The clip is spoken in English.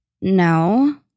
no